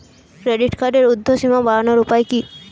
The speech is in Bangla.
ক্রেডিট কার্ডের উর্ধ্বসীমা বাড়ানোর উপায় কি?